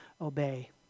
obey